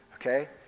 Okay